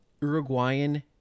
Uruguayan